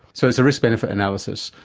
so it's a risk benefit analysis,